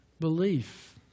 belief